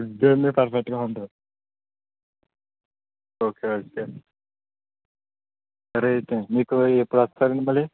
ఇద్దేం పర్ఫెక్ట్గా ఉంటది okay okay సరేయితే మీకు ఏప్పుడోస్తారు అండి మళ్ళీ